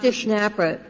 ah schnapper